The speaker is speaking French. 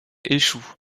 échoue